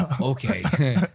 okay